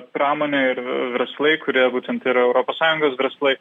pramonė ir verslai kurie būtent yra europos sąjungos verslai